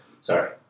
Sorry